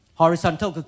horizontal